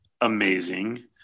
amazing